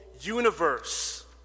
universe